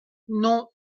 non